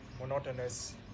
monotonous